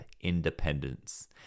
independence